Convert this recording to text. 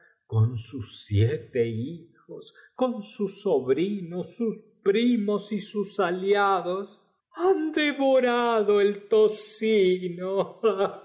con sus siete hijos con sus sobrinos sus primos y sus taba de un crimen de lesa majestad recualiados han devorado el tocino